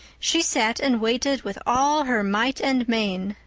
she sat and waited with all her might and main.